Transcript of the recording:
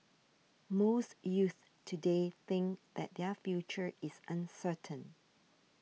most youths today think that their future is uncertain